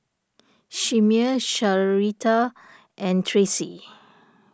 Chimere Sharita and Tracee